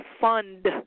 fund